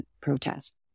protests